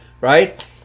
right